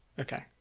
okay